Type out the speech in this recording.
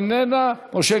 אינה נוכחת,